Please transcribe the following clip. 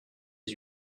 dix